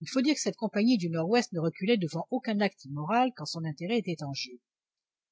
il faut dire que cette compagnie du nord-ouest ne reculait devant aucun acte immoral quand son intérêt était en jeu